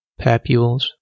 papules